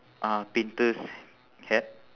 uh painter's hat